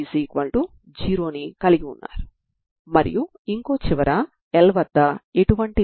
ఇక్కడ మీకు పరిష్కారం ఉంది మరియు అది ప్రత్యేకమైనది